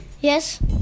Yes